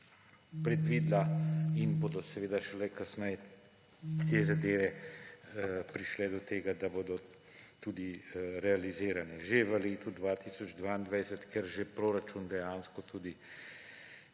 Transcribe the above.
predvidela; in bodo seveda šele kasneje te zadeve prišle do tega, da bodo tudi realizirane, že v letu 2022, ker že državni proračun tudi